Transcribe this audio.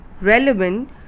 relevant